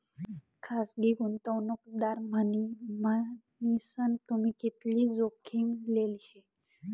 खासगी गुंतवणूकदार मन्हीसन तुम्ही कितली जोखीम लेल शे